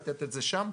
לתת את זה שם.